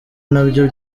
nabyo